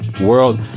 world